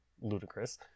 ludicrous